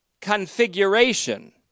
configuration